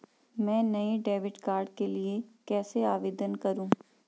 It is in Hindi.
मैं नए डेबिट कार्ड के लिए कैसे आवेदन करूं?